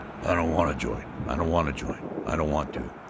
i don't want to join i don't want to join i don't want to.